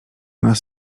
nas